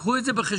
קחו את זה בחשבון.